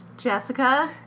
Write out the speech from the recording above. Jessica